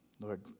Lord